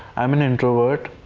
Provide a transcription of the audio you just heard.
i am an introvert.